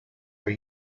are